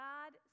God